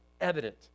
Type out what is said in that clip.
evident